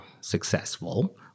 successful